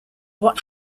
what